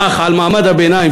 אך על מעמד הביניים,